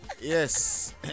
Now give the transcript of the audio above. Yes